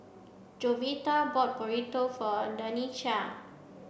Jovita bought Burrito for Danica